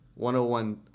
101